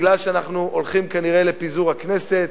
מכיוון שאנחנו הולכים כנראה לפיזור הכנסת,